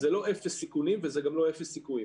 זה לא אפס סיכונים וזה גם לא אפס סיכויים.